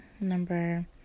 number